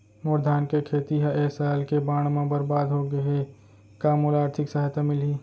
मोर धान के खेती ह ए साल के बाढ़ म बरबाद हो गे हे का मोला आर्थिक सहायता मिलही?